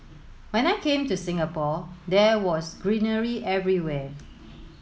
when I came to Singapore there was greenery everywhere